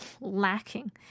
lacking